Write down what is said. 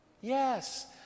yes